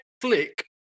Flick